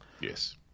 yes